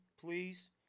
please